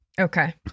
Okay